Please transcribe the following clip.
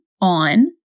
on